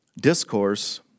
discourse